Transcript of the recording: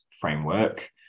framework